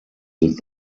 sind